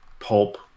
pulp